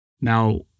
Now